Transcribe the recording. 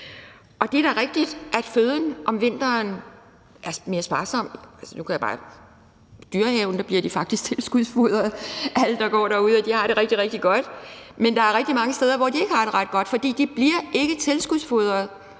Det er da rigtigt, at føden om vinteren er mere sparsom. I dyrehaven bliver de dyr, der går derude, faktisk tilskudsfodret, og de har det rigtig, rigtig godt. Men der er rigtig mange steder, hvor de ikke har det ret godt, for de bliver ikke tilskudsfodret.